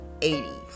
80s